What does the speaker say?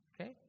okay